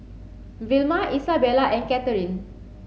Vilma Isabella and Katherine